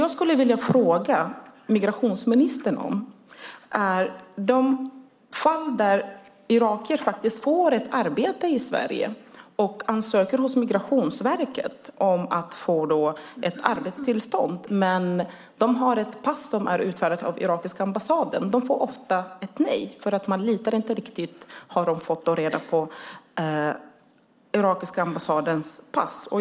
Jag skulle vilja fråga migrationsministern om de fall där irakier som faktiskt får ett arbete i Sverige och ansöker hos Migrationsverket om att få arbetstillstånd, men har ett pass som är utfärdat av irakiska ambassaden, ofta får ett nej, eftersom man inte riktigt litar på - har man fått reda på - den irakiska ambassadens pass.